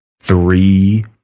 three